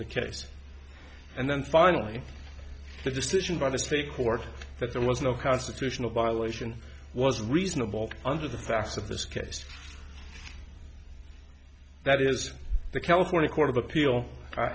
the case and then finally the decision by the state court that there was no constitutional violation was reasonable under the facts of this case that is the california court of appeal